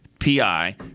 PI